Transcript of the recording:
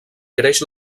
creix